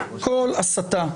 כל הסתה,